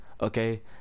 Okay